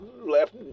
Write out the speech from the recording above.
left